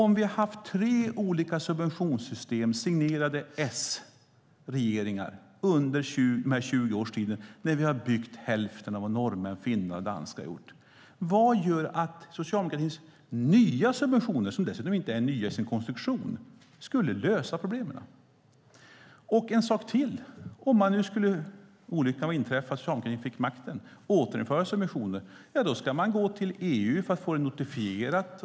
Om vi har haft tre olika subventionssystem signerade S-regeringar under den här 20-årstiden när vi har byggt hälften av vad norrmän, finnar och danskar har gjort, vad gör att socialdemokratins nya subventioner, som dessutom inte är nya i sin konstruktion, skulle lösa problemen? Det är en sak till. Om olyckan inträffar, att socialdemokratin skulle få makten och återinföra subventioner, ska man gå till EU för att få det notifierat.